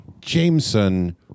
Jameson